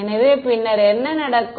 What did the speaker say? எனவே பின்னர் என்ன நடக்கும்